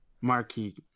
marquee